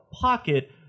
pocket